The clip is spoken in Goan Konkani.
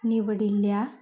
निवडिल्ल्या